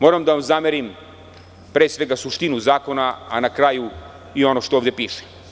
Moram da vam zamerim pre svega suštinu zakona, a na kraju i ono što ovde piše.